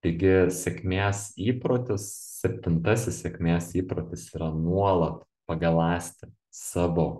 taigi sėkmės įprotis septintasis sėkmės įprotis yra nuolat pagaląsti savo